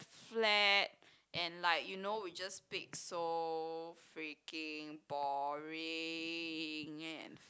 flat and like you know you just speak so freaking boring and